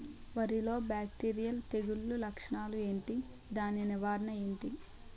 వరి లో బ్యాక్టీరియల్ తెగులు లక్షణాలు ఏంటి? దాని నివారణ ఏంటి?